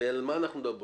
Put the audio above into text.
הרי על מה אנחנו מדברים?